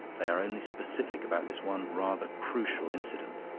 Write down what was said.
they are only specific about this one rather crucial incident.